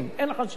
אין אחד שלא צורך.